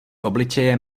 obličeje